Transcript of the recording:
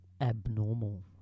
abnormal